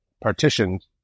partitioned